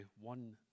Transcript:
one